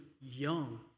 young